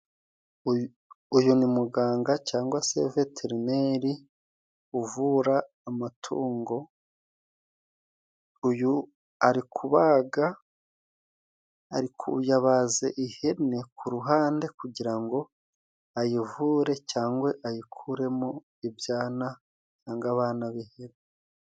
Uyu ni umuganga cangwa se veterineri uvura amatungo , uyu ari kubaga ariko yabaze ihene ku ruhande kugira ngo ayivure cyangwa ayikuremo ibyana nanga abana b'ihene.